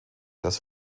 das